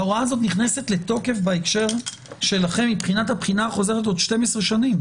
ההוראה הזאת נכנסת לתוקף בהקשר שלכם מבחינת הבחינה החוזרת בעוד 12 שנים.